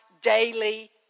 daily